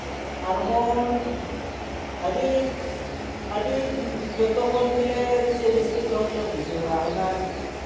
ᱟᱨᱦᱚᱸᱢ ᱟᱹᱰᱤᱡ ᱟᱹᱰᱤ ᱡᱚᱛᱚ ᱦᱚᱲ ᱜᱮᱞᱮ ᱨᱟᱹᱥᱠᱟᱹ ᱡᱚᱝ ᱜᱮᱞᱮ ᱵᱩᱡᱷᱟᱹᱣᱟ ᱚᱱᱟ